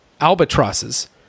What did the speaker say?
albatrosses